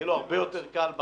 יהיה לו הרבה יותר קל,